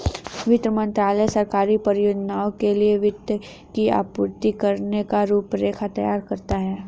वित्त मंत्रालय सरकारी परियोजनाओं के लिए वित्त की आपूर्ति करने की रूपरेखा तैयार करता है